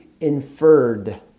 inferred